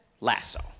Lasso